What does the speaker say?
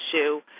issue